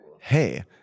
hey